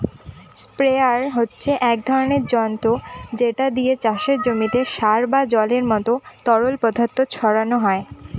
sprayer হচ্ছে এক ধরণের যন্ত্র যেটা দিয়ে চাষের জমিতে সার বা জলের মত তরল পদার্থ ছড়ানো যায়